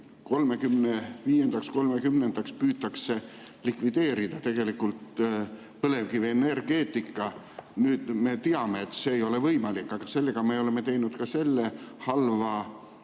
30-ndaks püütakse likvideerida tegelikult põlevkivienergeetika. Nüüd me teame, et see ei ole võimalik, aga me oleme tekitanud selle halva,